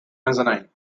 mezzanine